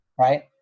right